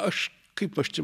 aš kaip aš čia